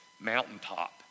mountaintop